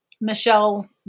Michelle